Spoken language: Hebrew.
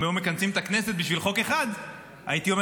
אם היו מכנסים את הכנסת בשביל חוק אחד הייתי אומר,